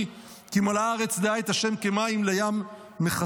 כי מלאה הארץ דעה את ה' כמים לים מכסים".